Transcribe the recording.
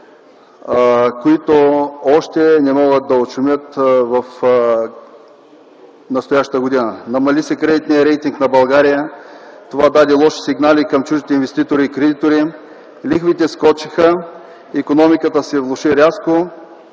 които още не могат да отшумят в настоящата година: - намали се кредитният рейтинг на България. Това даде лоши сигнали към чуждите инвеститори и кредитори; - лихвите скочиха; - икономиката се влоши рязко;